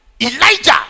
Elijah